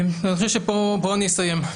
אני חושב פה אני אסיים.